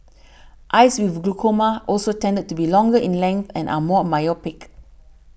eyes with glaucoma also tended to be longer in length and are more myopic